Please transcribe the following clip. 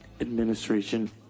administration